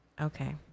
Okay